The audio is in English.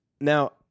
Now